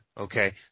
Okay